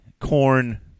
corn